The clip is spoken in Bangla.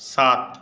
সাত